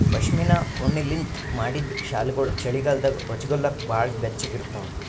ಪಶ್ಮಿನಾ ಉಣ್ಣಿಲಿಂತ್ ಮಾಡಿದ್ದ್ ಶಾಲ್ಗೊಳು ಚಳಿಗಾಲದಾಗ ಹೊಚ್ಗೋಲಕ್ ಭಾಳ್ ಬೆಚ್ಚಗ ಇರ್ತಾವ